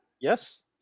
Yes